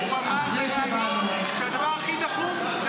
אתמול הוא אמר בריאיון שהדבר הכי דחוף זה